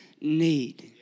need